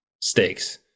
stakes